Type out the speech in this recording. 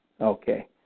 Okay